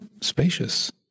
spacious